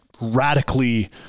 radically